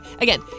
again